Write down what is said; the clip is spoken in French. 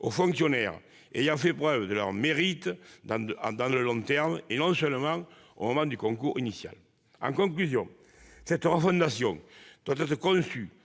aux fonctionnaires ayant fait preuve de leurs mérites dans le long terme, et non pas seulement lors du concours initial. En conclusion, cette refondation doit être conçue